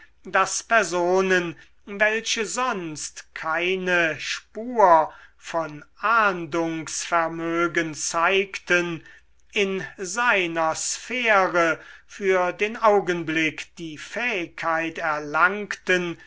daß personen welche sonst keine spur von ahndungsvermögen zeigten in seiner sphäre für den augenblick die fähigkeit erlangten